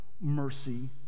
mercy